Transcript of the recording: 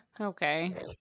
Okay